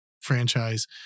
franchise